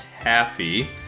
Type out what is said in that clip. Taffy